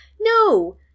No